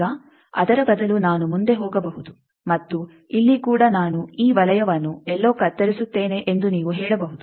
ಈಗ ಅದರ ಬದಲು ನಾನು ಮುಂದೆ ಹೋಗಬಹುದು ಮತ್ತು ಇಲ್ಲಿ ಕೂಡ ನಾನು ಈ ವಲಯವನ್ನು ಎಲ್ಲೋ ಕತ್ತರಿಸುತ್ತೇನೆ ಎಂದು ನೀವು ಹೇಳಬಹುದು